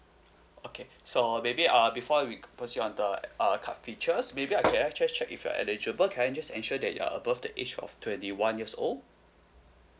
okay so maybe uh before we proceed on the err card features maybe I can I just check if you're eligible can I just ensure that you are above the age of twenty one years old